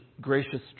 gracious